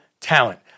talent